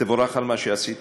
תבורך על מה שעשית.